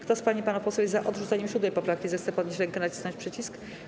Kto z pań i panów posłów jest za odrzuceniem 7. poprawki, zechce podnieść rękę i nacisnąć przycisk.